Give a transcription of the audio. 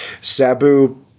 Sabu